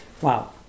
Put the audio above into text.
wow